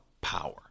power